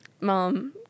mom